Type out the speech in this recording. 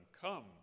Come